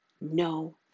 no